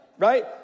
right